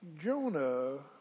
Jonah